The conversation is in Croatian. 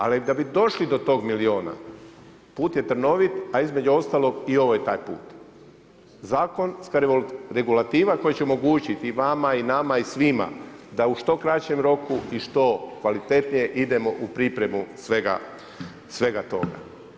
Ali da bi došli do tog milijuna, put je trnovit a između ostalog i ovo je taj put, zakonska regulativa koja će omogućiti i vama i nama i svima da u što kraćem roku i što kvalitetnije idemo u pripremu svega toga.